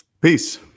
Peace